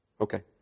Okay